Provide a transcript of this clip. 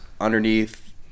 underneath